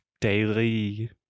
daily